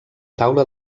taula